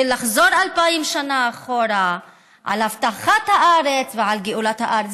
של לחזור אלפיים שנה אחורה אל הבטחת הארץ ואל גאולת הארץ.